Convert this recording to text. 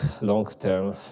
long-term